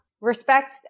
Respect